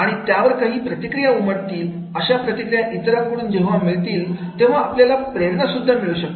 आणि त्यावर काही प्रतिक्रिया उमटतील अशा प्रतिक्रिया इतरांकडून जेव्हा मिळतील तेव्हा आपल्याला प्रेरणा सुद्धा मिळू शकतील